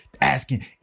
asking